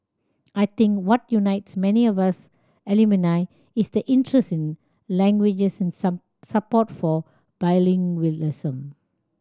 I think what unites many of us alumni is the interest in languages and support for bilingualism